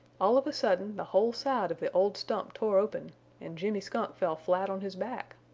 all of a sudden the whole side of the old stump tore open and jimmy skunk fell flat on his back.